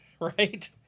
right